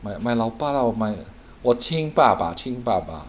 my my 老爸 lah my 我亲爸爸亲爸爸